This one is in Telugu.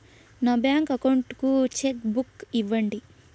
నా బ్యాంకు అకౌంట్ కు చెక్కు బుక్ ఇవ్వండి